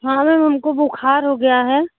हँ म्याम हमको बुखार हो गया है